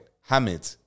hamid